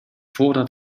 voordat